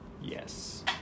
Yes